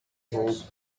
hope